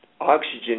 oxygen